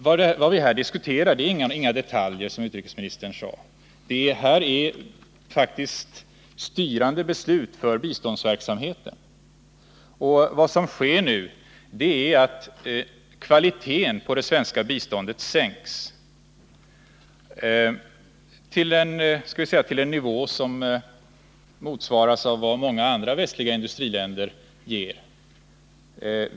Vad vi här diskuterar är inga detaljer, som utrikesministern sade. Det här är faktiskt beslut som är styrande för biståndsverksamheten. Vad som sker nu är att kvaliteten på det svenska biståndet sänks till en nivå som motsvarar vad många andra västliga industriländer ger.